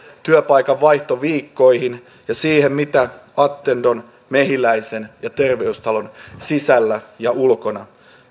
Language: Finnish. työpaikanvaihtoviikkoihin ja siihen mitä attendon mehiläisen ja terveystalon sisällä ja ulkona